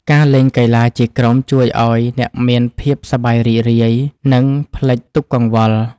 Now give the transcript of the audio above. ការលេងកីឡាជាក្រុមជួយឱ្យអ្នកមានភាពសប្បាយរីករាយ និងភ្លេចទុក្ខកង្វល់។